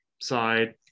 side